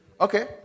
Okay